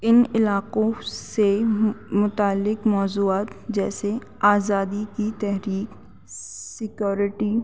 ان علاقوں سے متعلق موضوعات جیسے آزادی کی تحریک سکیورٹی